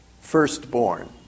firstborn